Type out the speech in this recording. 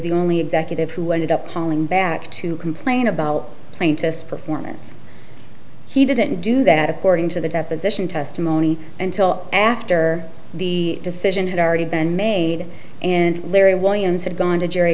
the only executive who ended up calling back to complain about plaintiff's performance he didn't do that according to the deposition testimony until after the decision had already been made and larry williams had gone to